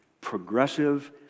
progressive